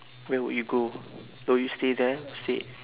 where would you go oh you stay there y~ stay